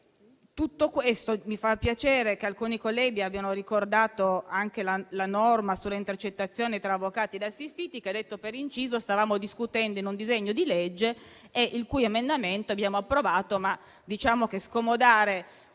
informata. Mi fa piacere che alcuni colleghi hanno ricordato anche la norma sulle intercettazioni tra avvocati ed assistiti che, detto per inciso, stavamo discutendo in un disegno di legge, il cui emendamento abbiamo approvato. Scomodare